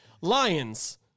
lions